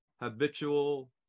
habitual